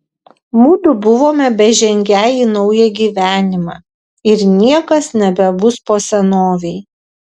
mudu buvome bežengią į naują gyvenimą ir niekas nebebus po senovei